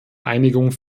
einigung